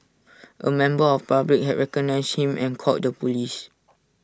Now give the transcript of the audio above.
A member of public had recognised him and called the Police